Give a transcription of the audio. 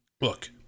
Look